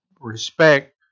respect